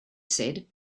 said